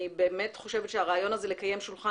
אני באמת חושבת שהרעיון להקים שולחן